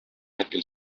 hetkel